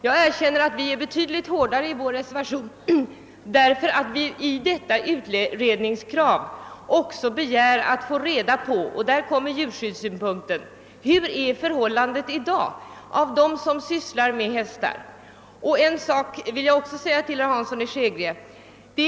Jag erkänner att vi är betydligt hårdare i reservationen 1, eftersom vi, utöver att framföra detta utredningskrav, också begär att få reda på hurudana förhållandena i dag är bland dem som sysslar med hästar — här kommer även djurskyddssynpunkterna in i bilden.